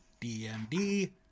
DMD